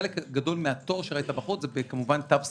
חלק גדול מהתור שראית בחוץ זה כמובן תו סגול,